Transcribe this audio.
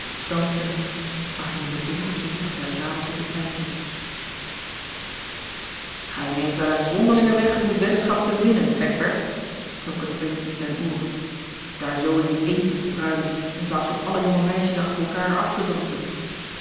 danste niet maar ging in den donkersten hoek der zaal zitten peinzen gij neemt wel een zonderlingen weg om de weddenschap te winnen eckbert klonk het op eens in zijne ooren daar zoo in uw eentje te pruilen in plaats van alle jonge meisjes achter elkaar af te dansen